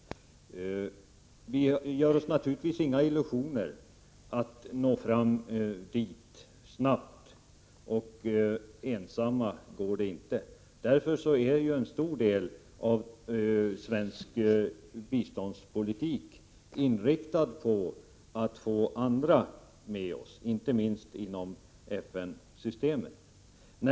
Vi gör oss naturligtvis inga illusioner om att nå det målet snabbt, och ensamma klarar vi det inte. Därför är en stor del av svensk biståndspolitik inriktad på att få andra med oss, inte minst inom FN-systemet.